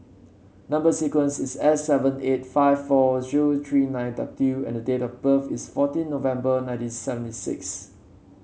number sequence is S seven eight five four zero three nine W and the date of birth is fourteen November nineteen seventy six